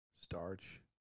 Starch